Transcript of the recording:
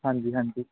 ਹਾਂਜੀ ਹਾਂਜੀ